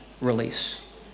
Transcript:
release